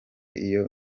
iyo